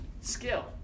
Skill